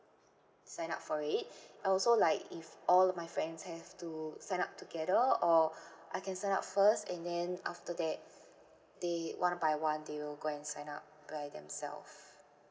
sign up for it also like if all of my friends have to sign up together or I can sign up first and then after that they one by one they will go and sign up by themselves